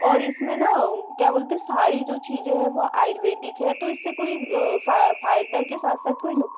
और इसमें न क्या बोलते हैं सारी जो चीज़ें है आयुर्वेदिक है तो इससे कोई फ़ायदा के साथ साथ कोई नुक